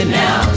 now